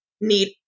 need